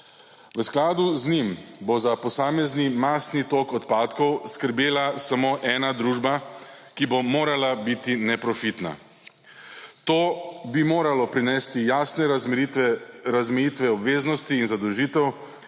V skladu z njim bo za posamezni masni tok odpadkov skrbela samo ena družba, ki bo morala biti neprofitna. To bi moralo prinesti jasne razmejitve obveznosti in zadolžitev